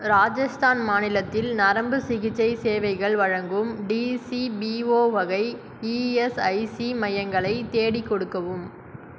ராஜஸ்தான் மாநிலத்தில் நரம்புச் சிகிச்சை சேவைகள் வழங்கும் டிசிபிஓ வகை இஎஸ்ஐசி மையங்களை தேடிக் கொடுக்கவும்